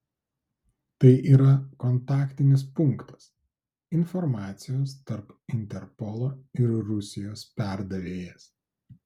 tai yra kontaktinis punktas informacijos tarp interpolo ir rusijos perdavėjas